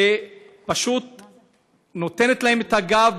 שפשוט נותנת להם את הגב,